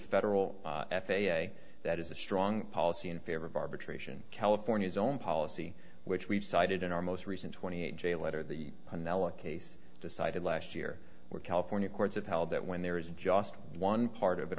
federal f a a that is a strong policy in favor of arbitration california's own policy which we've cited in our most recent twenty eight j letter the canela case decided last year where california courts have held that when there is just one part of an